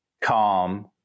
calm